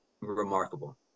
remarkable